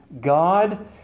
God